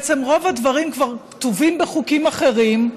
בעצם רוב הדברים כבר כתובים בחוקים אחרים,